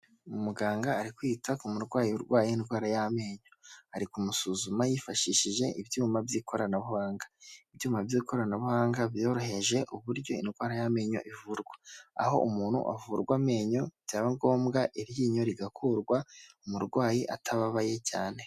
Umuganga ari kwita ku murwayi urwaye indwara y'amenyo, ari kumusuzuma yifashishije ibyuma by'ikoranabuhanga, ibyuma by'ikoranabuhanga byoroheje uburyo indwara y'amenyo ivurwa, aho umuntu avurwa amenyo byaba ngombwa iryinyo rigakurwa umurwayi atababaye cyane.